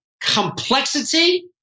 complexity